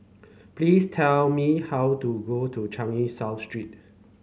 please tell me how to go to Changi South Street